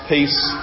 peace